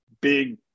big